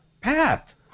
Path